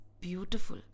beautiful